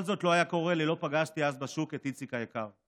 כל זאת לא היה קורה לולא פגשתי אז בשוק את איציק היקר.